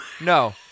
No